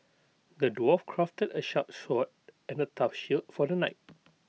the dwarf crafted A sharp sword and A tough shield for the knight